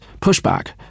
pushback